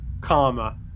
comma